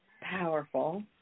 powerful